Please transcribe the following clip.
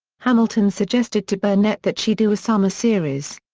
hamilton suggested to burnett that she do a summer series.